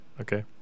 Okay